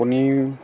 আপুনি